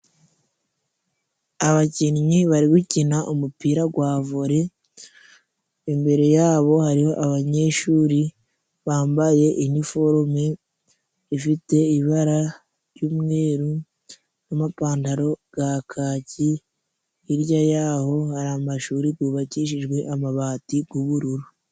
Abakinnyi bari gukina umupira gwa vore, imbere yabo hariho abanyeshuri. Bambaye iniforume ifite ibara ry'umweru, n'amapantaro ga kaki hirya y'aho hari amashuri gubakishijwe amabati g'ubururu.